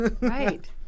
Right